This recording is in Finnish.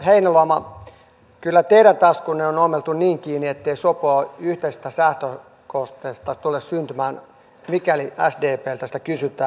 edustaja heinäluoma kyllä teidän taskunne on ommeltu niin kiinni ettei sopua yhteisestä säästökohteesta tule syntymään mikäli sdpltä sitä kysytään